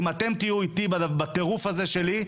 אם אתם תהיו איתי בטירוף הזה שלי,